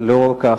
לאור כך,